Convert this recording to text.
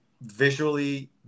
visually